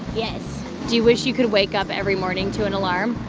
yes do you wish you could wake up every morning to an alarm?